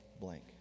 blank